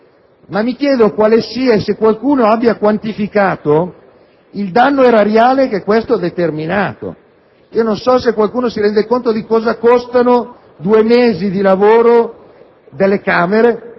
Mi chiedo se qualcuno abbia quantificato il danno erariale che ciò ha determinato. Non so se qualcuno si rende conto di quanto costano due mesi di lavoro delle Camere